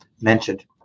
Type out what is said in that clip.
mentioned